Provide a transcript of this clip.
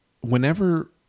whenever